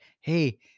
hey